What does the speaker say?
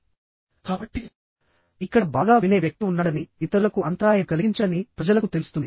కాబట్టి ఇక్కడ బాగా వినే వ్యక్తి ఉన్నాడని ఇతరులకు అంతరాయం కలిగించడని ప్రజలకు తెలుస్తుంది